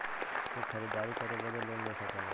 तू खरीदारी करे बदे लोन ले सकला